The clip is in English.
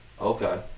Okay